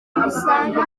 ugusanga